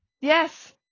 yes